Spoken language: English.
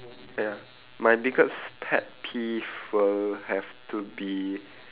ya my biggest pet peeve will have to be